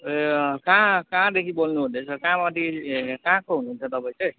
ए कहाँ कहाँदेखि बोल्नु हुँदैछ कहाँको हुनुहुन्छ तपाईँ चाहिँ